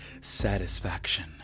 satisfaction